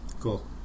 Cool